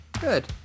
Good